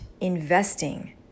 investing